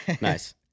Nice